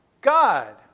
God